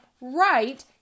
right